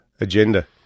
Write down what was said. agenda